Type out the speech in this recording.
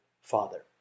Father